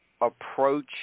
approach